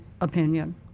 opinion